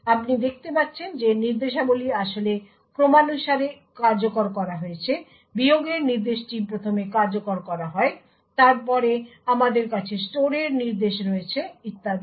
আপনি দেখতে পাচ্ছেন যে নির্দেশাবলী আসলে ক্রমানুসারে কার্যকর করা হয়েছে বিয়োগের নির্দেশটি প্রথমে কার্যকর করা হয় তারপরে আমাদের কাছে স্টোরের নির্দেশ রয়েছে ইত্যাদি